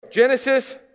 Genesis